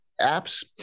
apps